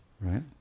right